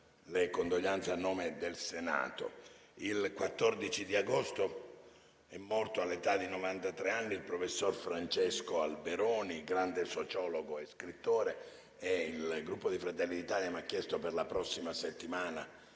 le condoglianze a nome del Senato. Il 14 agosto è morto, all'età di novantatré anni, il professor Francesco Alberoni, grande sociologo e scrittore. Il Gruppo Fratelli d'Italia mi ha chiesto di ricordarlo la prossima settimana,